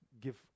give